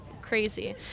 crazy